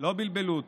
לא בלבלו אותו.